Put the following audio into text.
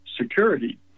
security